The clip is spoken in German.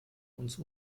uns